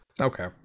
Okay